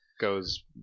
goes